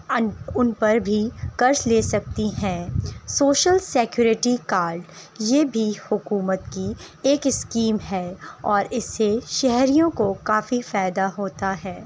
ان ان پر بھی قرض لے سکتی ہیں سوشل سیکیورٹی کارڈ یہ بھی حکومت کی ایک اسکیم ہے اور اس سے شہریوں کو کافی فائدہ ہوتا ہے